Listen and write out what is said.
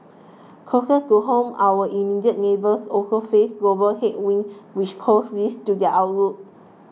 closer to home our immediate neighbours also face global headwinds which pose risks to their outlook